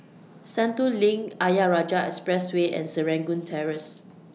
Sentul LINK Ayer Rajah Expressway and Serangoon Terrace